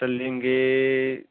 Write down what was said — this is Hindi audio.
सर लेंगे